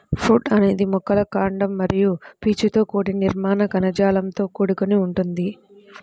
would అనేది మొక్కల కాండం మరియు పీచుతో కూడిన నిర్మాణ కణజాలంతో కూడుకొని ఉంటుంది